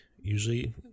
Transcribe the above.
usually